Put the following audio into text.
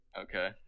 Okay